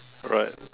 right